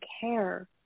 care